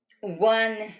one